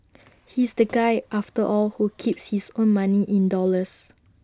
he's the guy after all who keeps his own money in dollars